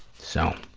so.